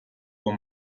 tua